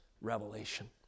revelation